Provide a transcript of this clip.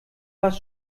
was